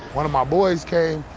one of my boys came.